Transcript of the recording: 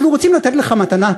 אנחנו רוצים לתת לך מתנה,